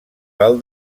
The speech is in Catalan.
pel